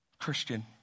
Christian